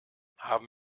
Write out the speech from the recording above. haben